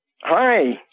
Hi